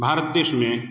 भारत देश में